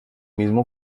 mismo